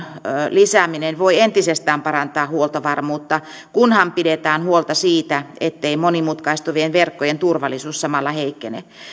lisääminen voivat entisestään parantaa huoltovarmuutta kunhan pidetään huolta siitä ettei monimutkaistuvien verkkojen turvallisuus samalla heikkene